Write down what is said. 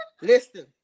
listen